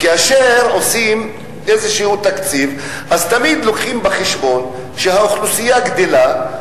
כאשר עושים איזשהו תקציב תמיד לוקחים בחשבון שהאוכלוסייה גדלה,